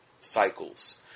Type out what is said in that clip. cycles